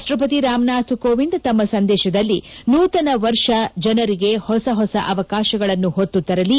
ರಾಷ್ಟಪತಿ ರಾಮನಾಥ್ ಕೋವಿಂದ್ ತಮ್ಮ ಸಂದೇಶದಲ್ಲಿ ನೂತನ ವರ್ಷ ಜನರಿಗೆ ಹೊಸ ಹೊಸ ಅವಕಾಶಗಳನ್ನು ಹೊತ್ತು ತರಲಿ